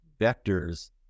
vectors